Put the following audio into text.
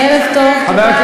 ערב טוב, תודה, אדוני היושב-ראש.